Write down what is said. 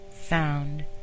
sound